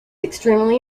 extremely